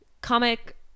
comic